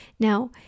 Now